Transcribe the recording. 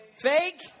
Fake